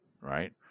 Right